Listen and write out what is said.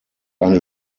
eine